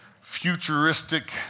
futuristic